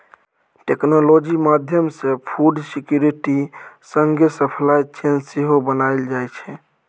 technology माध्यमसँ food security संगे supply chain सेहो बनाएल जाइ छै